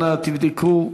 אנא תבדקו,